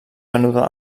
venuda